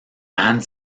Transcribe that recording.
ann